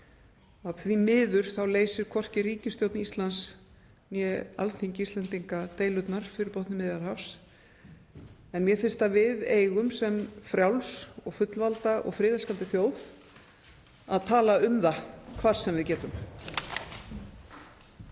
að því miður leysir hvorki ríkisstjórn Íslands né Alþingi Íslendinga deilurnar fyrir botni Miðjarðarhafs. En mér finnst að við eigum sem frjáls og fullvalda og friðelskandi þjóð að tala um það hvar sem við getum.